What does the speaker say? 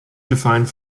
defined